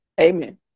Amen